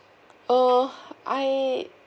uh I